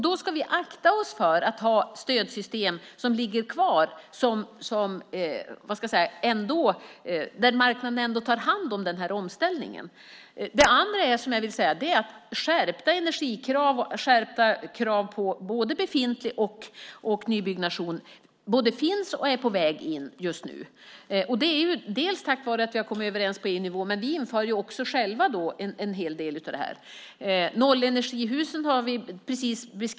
Då ska vi akta oss för att ha stödsystem där marknaden ändå tar hand om omställningen. Skärpta energikrav och skärpta krav på befintliga byggnader och nybyggnation finns och är på väg in. Det är bland annat tack vare att vi har kommit överens på EU-nivå, men vi inför också själva en hel del av detta.